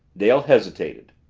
dale hesitated.